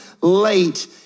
late